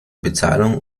bezahlung